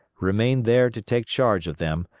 remained there to take charge of them,